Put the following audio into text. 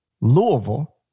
Louisville